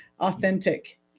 Authentic